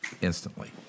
Instantly